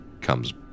comes